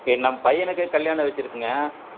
ஏ நம் பையனுக்கு கல்யாணம் வெச்சுருக்குங்க